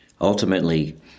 Ultimately